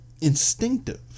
instinctive